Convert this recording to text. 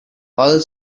all